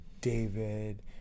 David